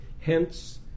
Hence